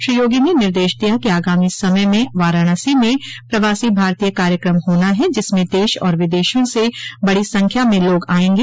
श्री योगो ने निर्देश दिया कि आगामी समय में वाराणसी में प्रवासी भारतीय कार्यक्रम होना है जिसमें देश और विदेशों से बड़ी संख्या में लोग आयेंगे